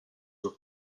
were